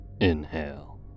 inhale